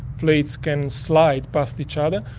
plates can slide past each other,